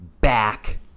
back